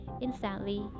Instantly